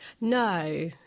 No